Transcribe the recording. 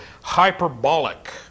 hyperbolic